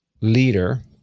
leader